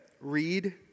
read